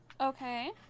okay